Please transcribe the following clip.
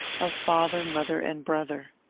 of father, mother, and brother.